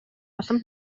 улам